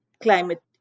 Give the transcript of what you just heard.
climate